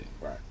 Right